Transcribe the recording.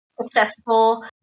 Successful